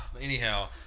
Anyhow